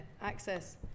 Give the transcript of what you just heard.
access